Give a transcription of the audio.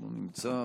לא נמצא,